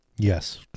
yes